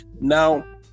now